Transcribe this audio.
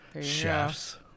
chefs